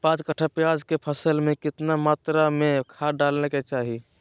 पांच कट्ठा प्याज के फसल में कितना मात्रा में खाद डाले के चाही?